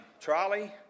trolley